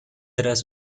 tras